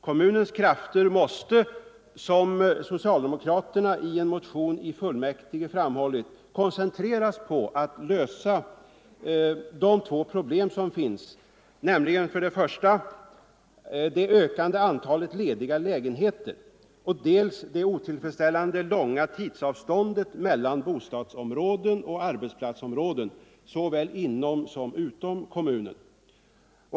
Kommunens krafter måste, som socialdemokraterna i en motion i fullmäktige framhållit, koncentreras på att söka lösningar på de två problem som för närvarande överskuggar andra, nämligen dels det ökande antalet lediga lägenheter, dels det otillfredsställande långa tidsavståndet mellan bostadsområden och arbetsplatsområden, såväl inom som utom kommunen.